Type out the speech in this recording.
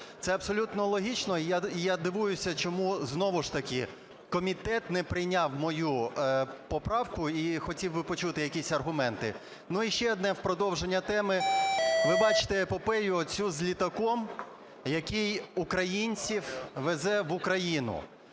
Це абсолютно логічно, і я дивуюся, чому знову ж таки комітет не прийняв мою поправку, і хотів би почути якісь аргументи. Ну, і ще одне в продовження теми. Ви бачите епопею цю з літаком, який українців везе в Україну.